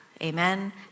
amen